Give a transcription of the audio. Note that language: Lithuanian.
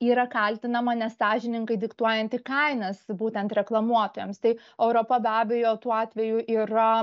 yra kaltinama nesąžiningai diktuojanti kainas būtent reklamuotojams tai europa be abejo tuo atveju yra